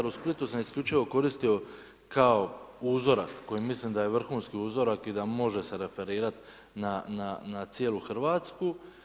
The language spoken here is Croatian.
SC u Splitu sam isključivo koristio kao uzorak koji mislim da je vrhunski uzorak i da može se referirati na cijelu Hrvatsku.